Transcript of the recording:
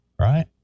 right